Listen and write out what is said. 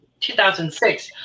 2006